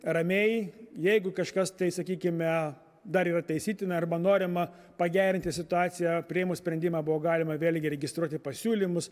ramiai jeigu kažkas tai sakykime dar yra taisytina arba norima pagerinti situaciją priėmus sprendimą buvo galima vėlgi registruoti pasiūlymus